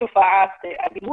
תופעת אלימות,